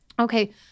okay